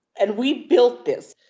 and we built this.